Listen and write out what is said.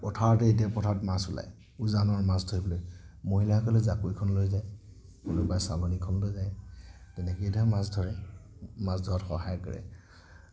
পথাৰতে এতিয়া পথাৰত মাছ ওলায় উজানৰ মাছ ধৰিবলৈ মহিলাসকলে জাকৈখন লৈ যায় কোনোবাই চালনিখন লৈ যায় তেনেকৈ ধৰক মাছ ধৰে মাছ ধৰাত সহায় কৰে